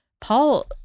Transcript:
paul